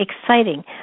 exciting